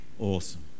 awesome